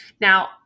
Now